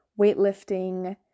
weightlifting